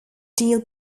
deal